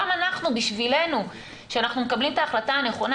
גם אנחנו בשבילנו שאנחנו מקבלים את ההחלטה הנכונה.